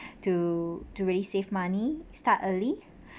to to really save money start early